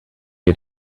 you